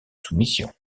soumission